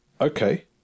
Okay